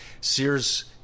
Sears